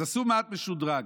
אז עשו מה"ט משודרג,